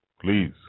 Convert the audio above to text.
Please